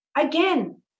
again